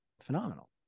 phenomenal